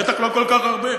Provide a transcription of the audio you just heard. בטח לא כל כך הרבה.